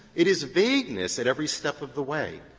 it is vagueness at every step of the way.